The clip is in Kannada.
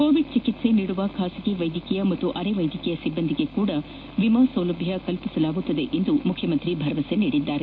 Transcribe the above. ಕೋವಿಡ್ ಚಿಕಿತ್ಸೆ ನೀಡುವ ಖಾಸಗಿ ವೈದ್ಯಕೀಯ ಮತ್ತು ಅರೆ ವೈದ್ಯಕೀಯ ಸಿಬ್ಬಂದಿಗೆ ಕೂಡ ವಿಮಾ ಸೌಲಭ್ಯ ಒದಗಿಸಲಾಗುವುದು ಎಂದು ಮುಖ್ಯಮಂತ್ರಿ ಭರವಸೆ ನೀಡಿದರು